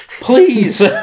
Please